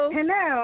Hello